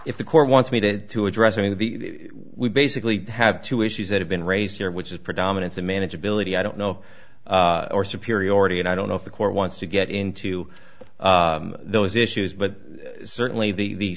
if the court wants me to to address any of the we basically have two issues that have been raised here which is predominance of manageability i don't know of or superiority and i don't know if the court wants to get into those issues but certainly the